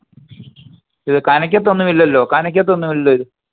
ഇത് കനയ്ക്കത്തൊന്നും ഇല്ലല്ലോ കനയ്ക്കത്തൊന്നും ഇല്ല